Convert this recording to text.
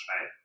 right